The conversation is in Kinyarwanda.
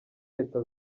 leta